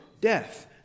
death